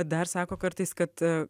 dar sako kartais kad